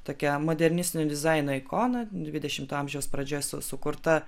tokia modernistinio dizaino ikona dvidešimto amžiaus pradžioje su sukurta